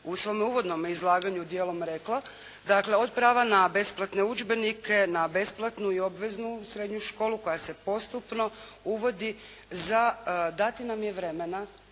u svojem uvodnom izlaganju dijelom rekla, dakle od prava na besplatne udžbenike, na besplatnu i obveznu srednju školu koja se postupno uvodi. Za dati nam je vremena